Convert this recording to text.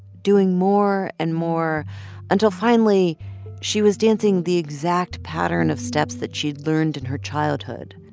doing more and more until finally she was dancing the exact pattern of steps that she'd learned in her childhood,